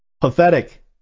Pathetic